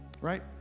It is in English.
Right